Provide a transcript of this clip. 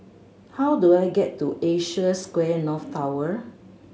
how do I get to Asia Square North Tower